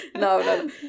No